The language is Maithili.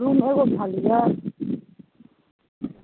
रूम एगो खाली यऽ